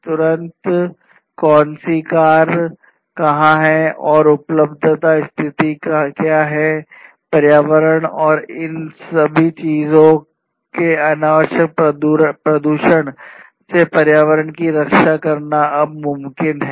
तुरन्त कौन सी कार कहाँ है और उपलब्धता स्थिति क्या है पर्यावरण और इन सभी चीजों के अनावश्यक प्रदूषण से पर्यावरण की रक्षा करना अब मुमकिन हैं